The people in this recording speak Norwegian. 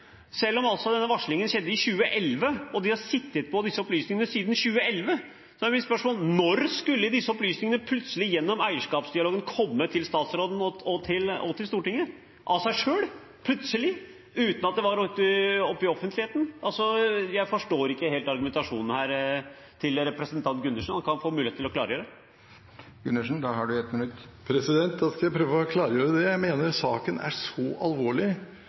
selv om denne varslingen altså skjedde i 2011, og de har sittet på disse opplysningene siden 2011. Da er mitt spørsmål: Når skulle disse opplysningene plutselig gjennom eierskapsdialogen kommet til statsråden og til Stortinget – av seg selv, plutselig, uten at det var oppe i offentligheten? Jeg forstår ikke helt argumentasjonen til representanten Gundersen, og han kan få mulighet til å klargjøre. Da skal jeg prøve å klargjøre det. Jeg mener saken er så alvorlig